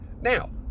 Now